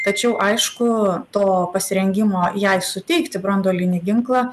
tačiau aišku to pasirengimo jai suteikti branduolinį ginklą